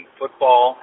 football